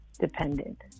dependent